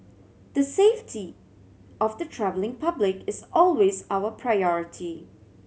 the safety of the travelling public is always our priority